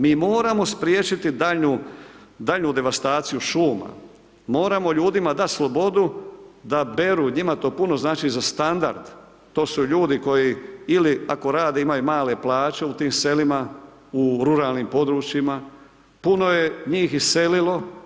Mi moramo spriječiti daljnju, daljnju devastaciju šuma, moramo ljudima dat slobodu da beru, njima to puno znači, za standard to su ljudi koji ili ako rade imaju male plaće u tim selima u ruralnim područjima puno je njih iselilo.